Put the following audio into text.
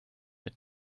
mit